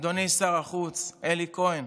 אדוני שר החוץ אלי כהן,